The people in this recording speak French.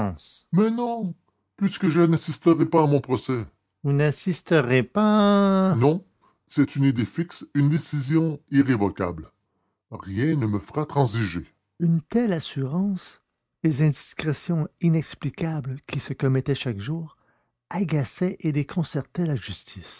mais non puisque je n'assisterai pas à mon procès vous n'assisterez pas non c'est une idée fixe une décision irrévocable rien ne me fera transiger une telle assurance les indiscrétions inexplicables qui se commettaient chaque jour agaçaient et déconcertaient la justice